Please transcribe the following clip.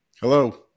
Hello